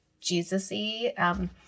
Jesus-y